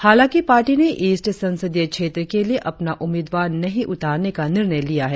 हालांकि पार्टी ने ईस्ट संसदीय क्षेत्र के लिए अपना उम्मीदवार नहीं उतारने का निर्णय लिया है